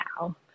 now